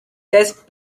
test